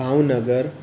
Bhavnagar